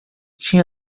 tinha